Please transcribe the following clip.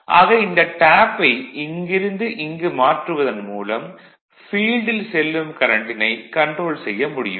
ஆக இந்த டேப் ஐ இங்கிருந்து இங்கு மாற்றுவதன் மூலம் ஃபீல்டில் செல்லும் கரண்ட்டினை கன்ட்ரோல் செய்ய முடியும்